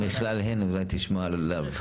מכלל הן אולי תשמע לאו.